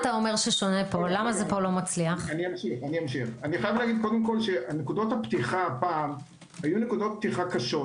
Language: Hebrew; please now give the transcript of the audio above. אני חייב לומר שנקודות הפתיחה הפעם היו קשות,